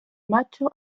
macho